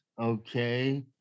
Okay